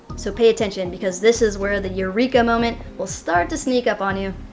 so pay attention because this is where the eureka moment will start to sneak up on you.